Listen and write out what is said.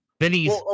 Vinny's